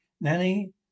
Nanny